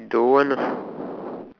don't want ah